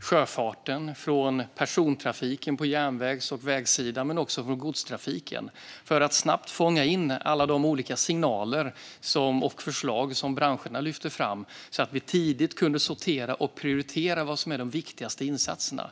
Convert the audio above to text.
sjöfarten, från persontrafiken på järnvägs och vägsidan men också från godstrafiken för att snabbt fånga in alla de olika signaler och förslag som branscherna lyfte fram. Då kunde vi tidigt sortera och prioritera de viktigaste insatserna.